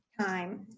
time